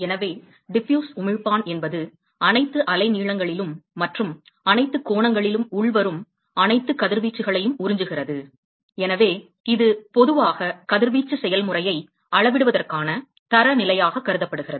எனவே டிஃப்யூஸ் உமிழ்ப்பான் என்பது அனைத்து அலைநீளங்களிலும் மற்றும் அனைத்து கோணங்களிலும் உள்வரும் அனைத்து கதிர்வீச்சுகளையும் உறிஞ்சுகிறது எனவே இது பொதுவாக கதிர்வீச்சு செயல்முறையை அளவிடுவதற்கான தரநிலையாக கருதப்படுகிறது